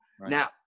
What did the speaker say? Now